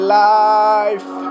life